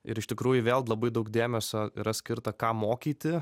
ir iš tikrųjų vėl labai daug dėmesio yra skirta ką mokyti